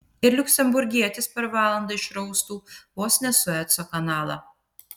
ir liuksemburgietis per valandą išraustų vos ne sueco kanalą